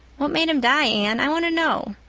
what made him die, anne, i want to know.